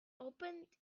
opened